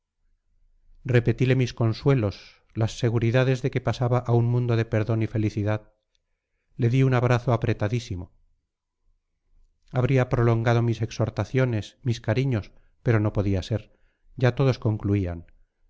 repetile mis consuelos las seguridades de que pasaba a un mundo de perdón y felicidad le di un abrazo apretadísimo habría prolongado mis exhortaciones mis cariños pero no podía ser ya todos concluían